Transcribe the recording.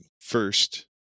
first